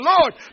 Lord